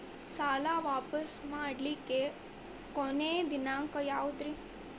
ಸಾಲಾ ವಾಪಸ್ ಮಾಡ್ಲಿಕ್ಕೆ ಕೊನಿ ದಿನಾಂಕ ಯಾವುದ್ರಿ?